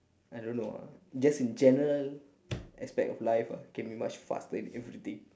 I don't know ah just in general aspect of life ah can be much faster in everything